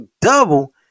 double